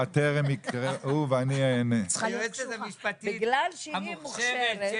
ולבקש מהיועצת המשפטית המוכשרת של